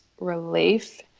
relief